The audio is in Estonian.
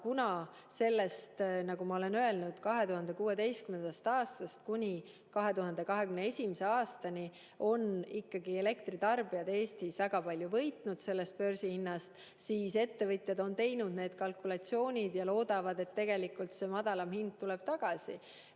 Kuna, nagu ma olen öelnud, 2016. aastast kuni 2021. aastani on ikkagi elektritarbijad Eestis väga palju võitnud sellest börsihinnast, siis ettevõtjad on teinud need kalkulatsioonid ja loodavad, et tegelikult see madalam hind tuleb tagasi.